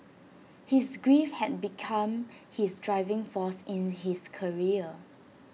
his grief had become his driving force in his career